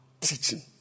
teaching